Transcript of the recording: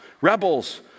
rebels